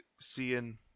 seeing